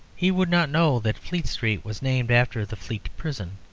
he would not know that fleet street was named after the fleet prison.